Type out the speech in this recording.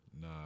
Nah